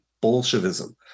Bolshevism